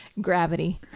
Gravity